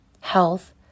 health